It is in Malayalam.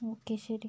ഓക്കെ ശരി